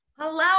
Hello